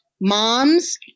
moms